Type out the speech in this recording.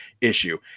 issue